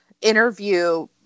interview